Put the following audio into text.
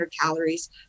calories